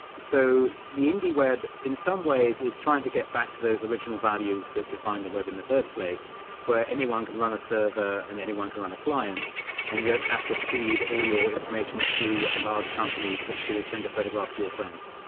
so the indie web in some ways is trying to get back to those original values that define the web in the first place where anyone can run a server and anyone can run a client and you don't have to feed all your information through a large company to send a photograph to your friends.